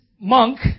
monk